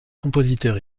compositeur